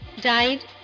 died